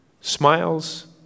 smiles